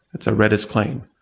it's a redis plane.